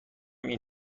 این